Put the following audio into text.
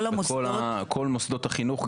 כל המוסדות --- כל מוסדות החינוך,